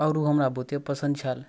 आओर ओ हमरा बहुते पसन्द छल